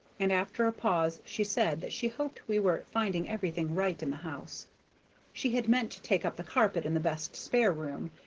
and after a pause she said that she hoped we were finding everything right in the house she had meant to take up the carpet in the best spare room,